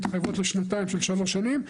הן מתחייבות לשנתיים-שלוש שנים.